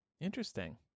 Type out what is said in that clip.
Interesting